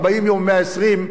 40 יום או 120,